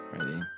Ready